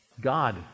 God